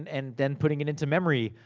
and and then putting it into memory.